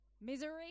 Misery